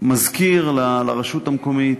מזכיר לרשות המקומית.